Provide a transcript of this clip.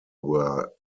were